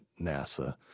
NASA